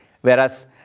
whereas